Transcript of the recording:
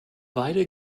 weide